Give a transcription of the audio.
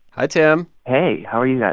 hi, tim hey. how are you guys?